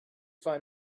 find